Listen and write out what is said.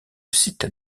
site